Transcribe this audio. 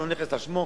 אין לו נכס על שמו,